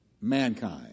mankind